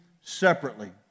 separately